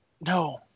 No